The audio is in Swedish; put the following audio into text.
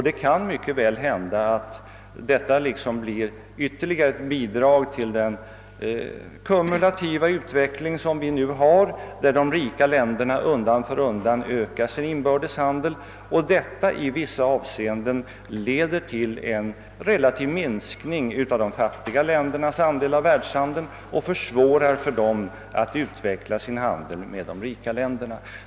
Det kan mycket väl hända att detta blir ännu ett bidrag till den kumulativa utveckling som vi nu har, i det att de rika länderna undan för undan ökar sin inbördes handel, vilket leder till en relativ minskning av de fattiga ländernas andel av världshandeln och försvårar för dem att utveckla sin handel med de rika länderna.